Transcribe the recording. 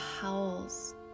howls